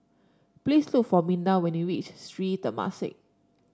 please look for Minda when you reach Sri Temasek